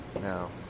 now